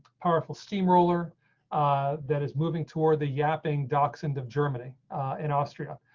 powerful steamroller that is moving toward the yapping docs into germany and austria,